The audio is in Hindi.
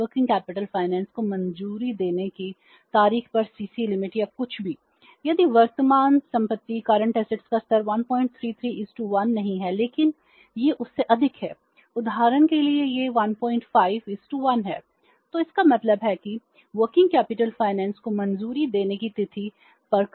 बैंकों ने वर्तमान अनुपात को मंजूरी देने के बाद